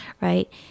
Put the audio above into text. right